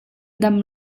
dam